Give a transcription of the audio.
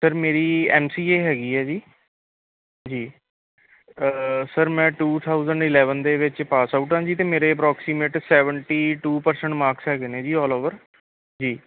sir ਮੇਰੀ M C A ਹੈਗੀ ਏ ਜੀ ਜੀ ਸਰ ਮੈਂ ਟੂ ਥਾਊਸੈਂਡ ਇਲੈਵਨ ਦੇ ਵਿੱਚ ਪਾਸ ਆਊਟ ਹਾਂ ਜੀ ਅਤੇ ਮੇਰੇ approximate seventy two percent marks ਹੈਗੇ ਨੇ ਜੀ ਅੋਲ ਓਵਰ ਜੀ